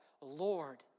Lord